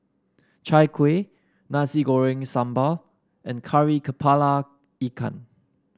Chai Kueh Nasi Goreng Sambal and Kari kepala Ikan